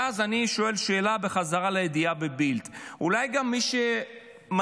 ואז אני שואל שאלה בחזרה לידיעה בבילד: אולי גם מי שמדליף,